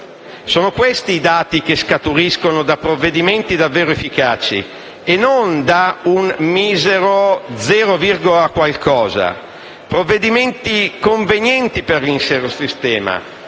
Sono questi i dati che scaturiscono da provvedimenti davvero efficaci e non da un misero zero virgola qualcosa. Si tratta di provvedimenti convenienti per l'intero sistema,